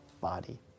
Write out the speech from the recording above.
body